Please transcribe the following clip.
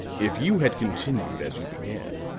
if you had continued as you began,